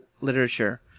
literature